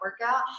workout